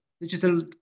digital